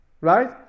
Right